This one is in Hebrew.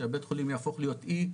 שבית החולים יהפוך להיות אי,